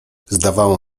zdawało